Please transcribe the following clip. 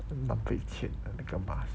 浪费钱那个 mask